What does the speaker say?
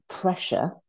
pressure